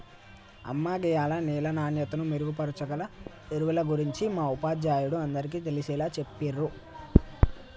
అమ్మ గీయాల నేల నాణ్యతను మెరుగుపరచాగల ఎరువుల గురించి మా ఉపాధ్యాయుడు అందరికీ తెలిసేలా చెప్పిర్రు